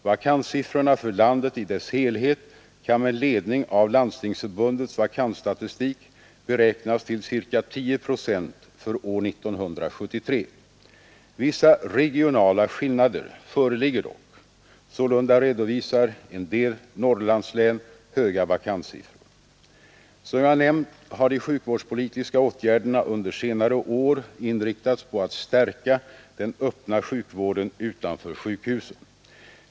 Vakanssiffrorna för landet i dess helhet kan med ledning av Landstingsförbundets vakansstatistik beräknas till ca 10 procent för år 1973. Vissa regionala skillnader föreligger dock. Sålunda redovisar en del Norrlandslän höga vakanssiffror. Som jag nämnt har de sjukvårdspolitiska åtgärderna under senare år inriktats på att stärka den öppna sjukvården utanför sjukhusen.